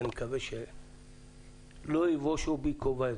ואני מקווה שלא יבושו בי קווי.